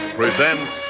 presents